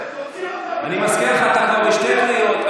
אותו, אני מזכיר לך, אתה כבר בשתי קריאות.